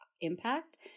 impact